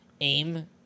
aim